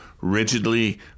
rigidly